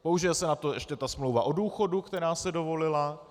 Použije se na to ještě ta smlouva o důchodu, která se dovolila.